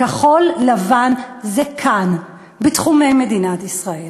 כחול-לבן זה כאן, בתחומי מדינת ישראל.